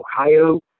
Ohio